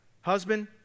Husband